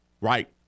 Right